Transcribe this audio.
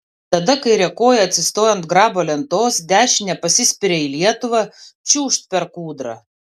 tada kaire koja atsistoja ant grabo lentos dešine pasispiria į lietuvą čiūžt per kūdrą